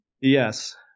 Yes